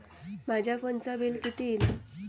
माझ्या फोनचा बिल किती इला?